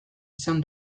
izan